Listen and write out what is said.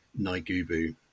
Naigubu